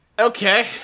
Okay